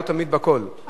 לא תמיד בקול.